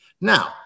Now